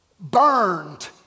burned